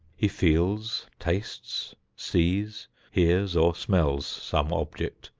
he feels, tastes, sees, hears or smells some object,